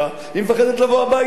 היא מפחדת לבוא הביתה,